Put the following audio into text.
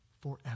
forever